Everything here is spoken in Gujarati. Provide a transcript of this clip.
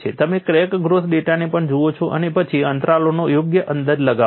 તમે ક્રેક ગ્રોથ ડેટાને પણ જુઓ છો અને પછી અંતરાલોનો યોગ્ય અંદાજ લગાવો છો